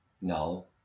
No